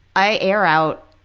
i air out